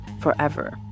forever